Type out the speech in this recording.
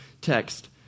text